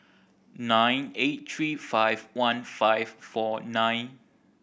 nine eight three five one five four nine